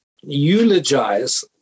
eulogize